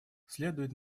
следует